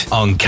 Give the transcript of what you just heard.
on